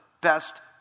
best